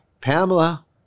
Pamela